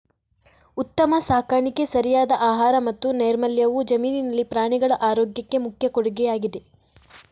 ಉತ್ತಮ ಸಾಕಾಣಿಕೆ, ಸರಿಯಾದ ಆಹಾರ ಮತ್ತು ನೈರ್ಮಲ್ಯವು ಜಮೀನಿನಲ್ಲಿ ಪ್ರಾಣಿಗಳ ಆರೋಗ್ಯಕ್ಕೆ ಮುಖ್ಯ ಕೊಡುಗೆಯಾಗಿದೆ